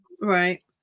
right